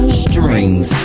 strings